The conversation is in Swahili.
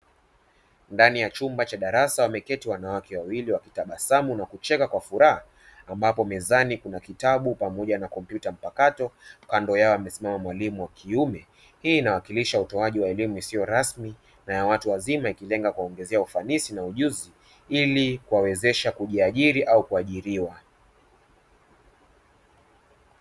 Ndani ya chumba cha darasa wameketi wanawake wawili wakitabasamu na kucheka kwa furaha ambapo mezani kuna kitabu pamoja na kompyuta mpakato kando yao amesimama mwalimu wa kiume. Hii inawakilisha utoaji wa elimu isiyo rasmi na ya watu wazima ikilenga kuwaongezea ufanisi na ujuzi ili kuwawezesha kujiajiri au kuajiriwa.